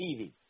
TV